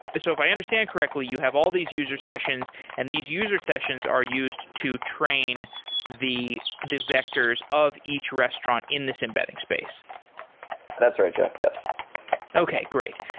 so if i understand correctly, you have all these user sessions and these user sessions are used to train the the vectors of each restaurant in this embedding space that's right, jeff. yes okay, great.